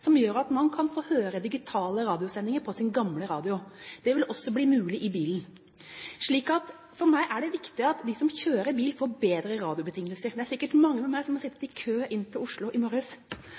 som gjør at man kan få høre digitale radiosendinger på sin gamle radio. Det vil også bli mulig i bilen. For meg er det viktig at de som kjører bil, får bedre radiobetingelser. Det er sikkert mange med meg som har sittet i kø inn til Oslo i